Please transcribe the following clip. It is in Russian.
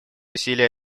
усилия